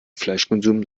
fleischkonsum